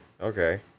okay